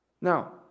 Now